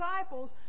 disciples